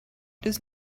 does